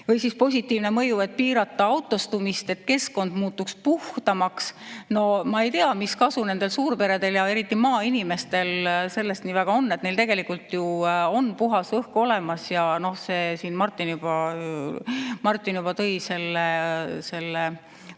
Või siis positiivne mõju, et piirata autostumist ja et keskkond muutuks puhtamaks. No ma ei tea, mis kasu nendel suurperedel ja eriti maainimestel sellest nii väga on. Neil ju on puhas õhk olemas. Martin juba tõi selle, kuidas